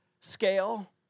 scale